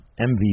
MVP